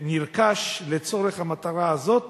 ויש סוף-סוף מכשיר MRI שנרכש לצורך המטרה הזאת